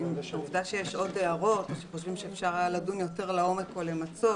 העובדה שיש עוד הערות או שחושבים שאפשר היה לדון יותר לעומק או למצות